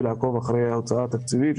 לעקוב אחרי ההוצאה התקציבית,